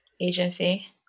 agency